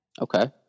Okay